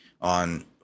on